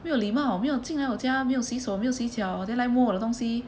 没有礼貌没有进来我家没有洗手没有洗脚 then 来摸我的东西